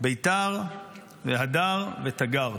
בית"ר והדר ותגר.